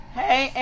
hey